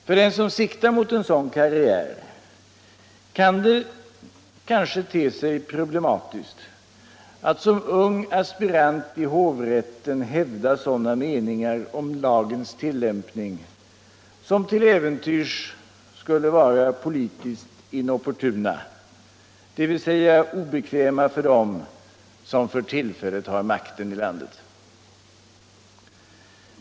För dem som siktar mot en sådan karriär kan det kanske te sig problematiskt att som ung aspirant i hovrätten hävda sådana meningar om lagens tillämpning som till äventyrs skulle vara politiskt inopportuna, dvs. obekväma för dem som för tillfället har makten i landet.